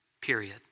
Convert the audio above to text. period